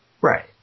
Right